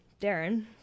Darren